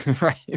Right